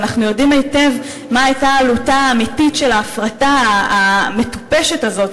ואנחנו יודעים היטב מה הייתה עלותה האמיתית של ההפרטה המטופשת הזאת,